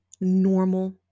normal